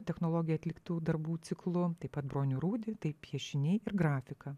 technologija atliktų darbų ciklu taip pat bronių rūdį tai piešiniai ir grafika